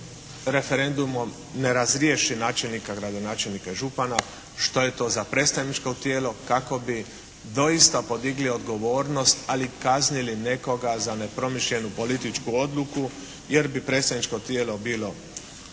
referendumom ne razriješi načelnika, gradonačelnika i župana, što je to za predstavničko tijelo kako bi doista podigli odgovornost, ali kaznili nekoga za nepromišljenu političku odluku jer bi predsjedničko tijelo bilo